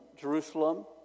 Jerusalem